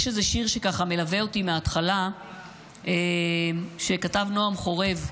יש איזה שיר שמלווה אותי מההתחלה שכתב נועם חורב,